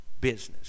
business